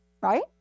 right